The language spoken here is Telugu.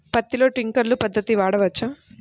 పత్తిలో ట్వింక్లర్ పద్ధతి వాడవచ్చా?